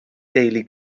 deulu